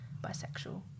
bisexual